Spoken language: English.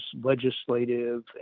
legislative